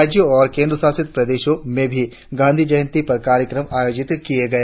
राज्यों और केंद्रशासित प्रदेशों में भी गांधी जयंती पर कार्यक्रम आयोजित किये गए